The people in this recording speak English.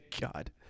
god